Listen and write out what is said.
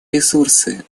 ресурсы